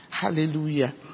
Hallelujah